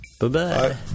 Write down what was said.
Bye-bye